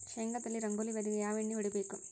ಶೇಂಗಾದಲ್ಲಿ ರಂಗೋಲಿ ವ್ಯಾಧಿಗೆ ಯಾವ ಎಣ್ಣಿ ಹೊಡಿಬೇಕು?